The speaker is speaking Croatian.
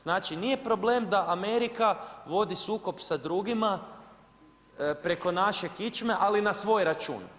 Znači nije problem da Amerika vodi sukob sa drugima, preko naše kičme, ali na svoj račun.